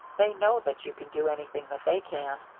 they know that you can do anything that they can.